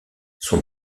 son